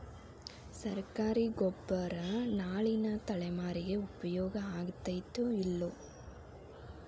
ಸರ್ಕಾರಿ ಗೊಬ್ಬರ ನಾಳಿನ ತಲೆಮಾರಿಗೆ ಉಪಯೋಗ ಆಗತೈತೋ, ಇಲ್ಲೋ?